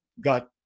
got